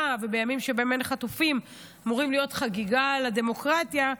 ובימים שבהם אין חטופים אמורות להיות חגיגה לדמוקרטיה.